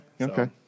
okay